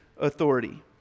authority